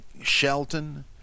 Shelton